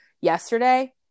yesterday